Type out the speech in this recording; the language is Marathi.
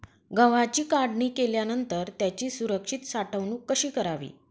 गव्हाची काढणी केल्यानंतर त्याची सुरक्षित साठवणूक कशी करावी?